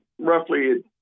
roughly